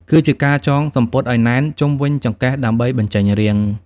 គឺជាការចងសំពត់អោយណែនជុំវិញចង្កេះដើម្បីបញ្ចេញរាង។